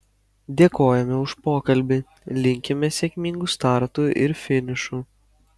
dėkojame už pokalbį linkime sėkmingų startų ir finišų